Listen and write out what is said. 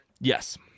Yes